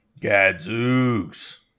Gadzooks